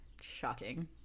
shocking